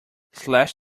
slash